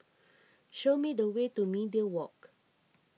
show me the way to Media Walk